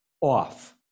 off